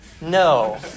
no